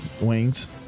wings